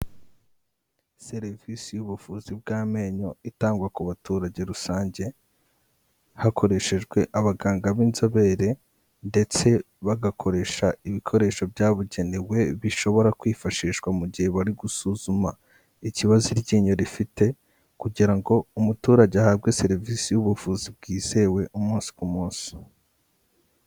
Serivisi y'ubuvuzi bw'amenyo itangwa ku baturage rusange, hakoreshejwe abaganga b'inzobere, ndetse bagakoresha ibikoresho byabugenewe bishobora kwifashishwa mu gihe bari gusuzuma ikibazo iryinyo rifite, kugira ngo umuturage ahabwe serivisi y'ubuvuzi bwizewe umunsi ku munsi.